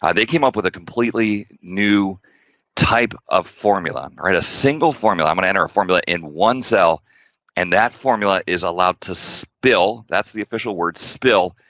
um they came up with a completely, new type of formula, and right. a single formula, i'm going to enter a formula in one cell and that formula, is allowed to spill, that's the official word, spill,